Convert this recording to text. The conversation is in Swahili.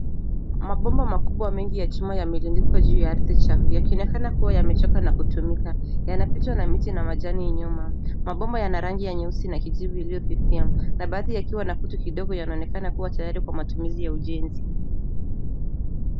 Mabomba makubwa mengi ya chuma, yamerundikwa juu ya ardhi chafu, yakionekana kua yamechoka na kutumika. Yanafichwa na miti na majani nyuma. Mabomba yana rangi ya nyeusi na kijivu iliyofifia, na baadhi yakiwa na kutu kidogo, yanaonekana kua tayari kwa matumizi ya ujenzi.